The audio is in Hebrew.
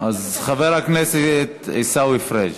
אז חבר הכנסת עיסאווי פריג'.